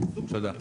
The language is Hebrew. אוקיי, תודה.